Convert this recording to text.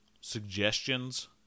suggestions